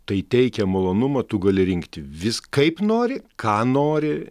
tai teikia malonumą tu gali rinkti vis kaip nori ką nori